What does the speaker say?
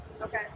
okay